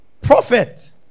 Prophet